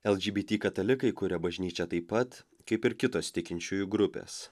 lgbt katalikai kuria bažnyčią taip pat kaip ir kitos tikinčiųjų grupės